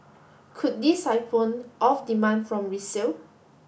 could this siphon off demand from resale